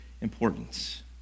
importance